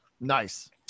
nice